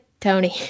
Tony